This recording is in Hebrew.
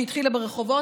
שהתחילה ברחובות,